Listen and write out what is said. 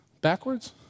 Backwards